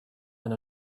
and